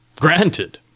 Granted